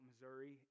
Missouri